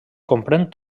comprèn